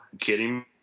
kidding